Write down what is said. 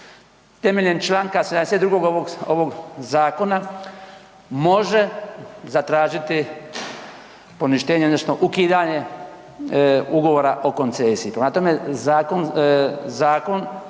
temeljem čl. 72. ovog zakona može zatražiti poništenje odnosno ukidanje ugovora o koncesiji. Prema tome, zakon